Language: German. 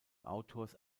autors